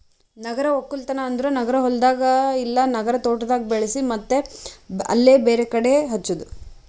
ನಗರ ಒಕ್ಕಲ್ತನ್ ಅಂದುರ್ ನಗರ ಹೊಲ್ದಾಗ್ ಇಲ್ಲಾ ನಗರ ತೋಟದಾಗ್ ಬೆಳಿಸಿ ಮತ್ತ್ ಅಲ್ಲೇ ಬೇರೆ ಕಡಿ ಹಚ್ಚದು